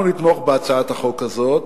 אנחנו נתמוך בהצעת החוק הזאת,